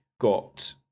got